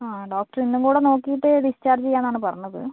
ആ ഡോക്ടർ ഇന്നും കൂടെ നോക്കിയിട്ട് ഡിസ്ചാർജ് ചെയ്യാമെന്നാണ് പറഞ്ഞത്